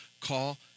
call